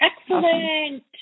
excellent